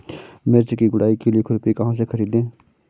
मिर्च की गुड़ाई के लिए खुरपी कहाँ से ख़रीदे?